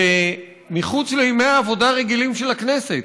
ומחוץ לימי העבודה הרגילים של הכנסת